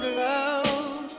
love